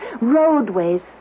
roadways